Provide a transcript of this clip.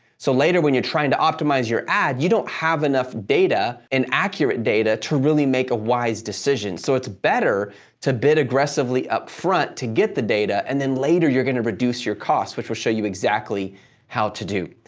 so, later when you're trying to optimize your ad, you don't have enough data and accurate data to really make a wise decision. so, it's better to bid aggressively upfront to get the data, and then later you're going to reduce your costs, which will show you exactly how to do.